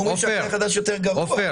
אומרים שהכלי החדש יותר גרוע.